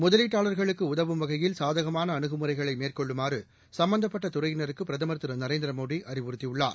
முதலீட்டாளர்களுக்குஉதவும் சாதகமானஅணுகுமுறைகளைமேற்கொள்ளுமாறுசம்பந்தப்பட்டதுறையினருக்குபிரதமா திரு நரேந்திரமோடிஅறிவுறுத்தியுள்ளார்